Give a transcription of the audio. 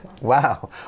Wow